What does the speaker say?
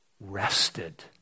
rested